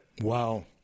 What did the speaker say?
Wow